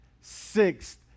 sixth